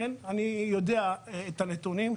אני יודע את הנתונים.